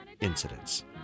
incidents